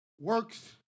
Works